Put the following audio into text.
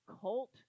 cult